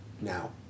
now